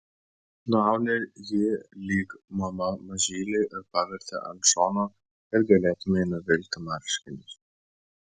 nuauni jį lyg mama mažylį ir paverti ant šono kad galėtumei nuvilkti marškinius